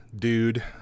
dude